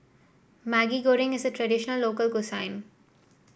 Maggi Goreng is a traditional local